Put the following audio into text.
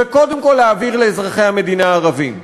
וקודם כול להעביר לאזרחי המדינה הערבים.